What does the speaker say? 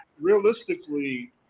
realistically